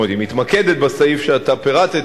מתמקדת בסעיף שאתה פירטת,